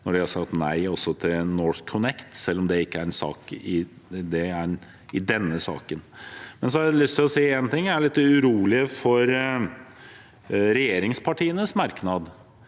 når de har sagt nei til NorthConnect, selv om det ikke er en del av denne saken. Jeg er litt urolig for regjeringspartienes merknader